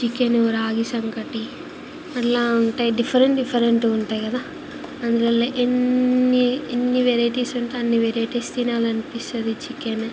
chicken రాగిసంకటి అట్లా ఉంటాయి డిఫరెంట్ డిఫరెంట్ ఉంటాయి కదా అందులో ఏన్ని ఎన్ని వెరైటీస్ ఉంటే అన్ని వెరైటీస్ తినాలనిపిస్తుంది చికెను